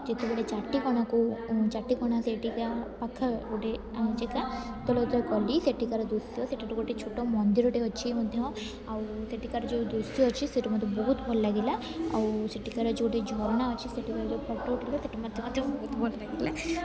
ଯେତେବେଳେ ଚାଟିକଣାକୁ ଚାଟିକଣା ସେଠିକା ପାଖ ଗୋଟେ ଜାଗା ଗଲି ସେଠିକାର ଦୃଶ୍ୟ ସେଠାରୁ ଗୋଟେ ଛୋଟ ମନ୍ଦିରଟେ ଅଛି ମଧ୍ୟ ଆଉ ସେଠିକାର ଯେଉଁ ଦୃଶ୍ୟ ଅଛି ସେଇଠି ମତେ ବହୁତ ଭଲ ଲାଗିଲା ଆଉ ସେଠିକାର ଯେଉଁ ଗୋଟେ ଝରଣା ଅଛି ସେଠିକାର ଯେଉଁ ଫଟୋ ଉଠିଲା ସେଇଠି ମଧ୍ୟ ବହୁତ ଭଲ ଲାଗିଲା